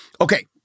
Okay